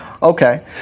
Okay